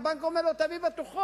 והבנק אומר לו: תביא בטוחות,